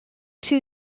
too